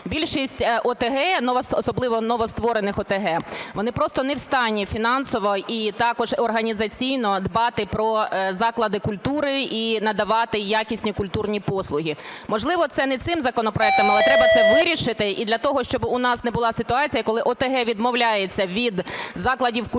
Більшість ОТГ, особливо новостворених ОТГ, вони просто не в стані фінансово і також організаційно дбати про заклади культури і надавати якісні культурні послуги. Можливо, це не цим законопроектом, але треба це вирішити. І для того, щоб у нас не була ситуація, коли ОТГ відмовляється від закладів культури,